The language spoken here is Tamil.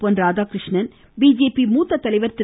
பொன் ராதாகிருஷ்ணன் பிஜேபி மூத்த தலைவர் திரு